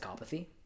psychopathy